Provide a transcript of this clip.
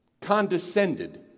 condescended